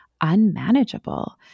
unmanageable